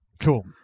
Cool